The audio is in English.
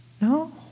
No